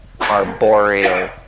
arboreal